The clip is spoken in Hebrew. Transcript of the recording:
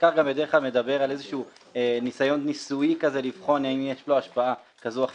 מחקר בדרך כלל מדבר על ניסיון לבחון האם יש לו השפעה כזאת או אחרת,